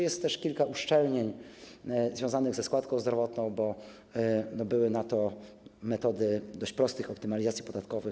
Jest też kilka uszczelnień związanych ze składką zdrowotną, bo były na to metody dość prostych optymalizacji podatkowych.